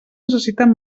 necessiten